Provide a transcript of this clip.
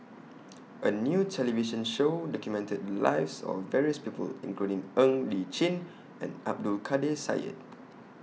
A New television Show documented Lives of various People including Ng Li Chin and Abdul Kadir Syed